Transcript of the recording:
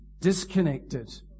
disconnected